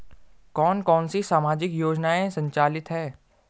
कौन कौनसी सामाजिक योजनाएँ संचालित है?